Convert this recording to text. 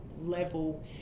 level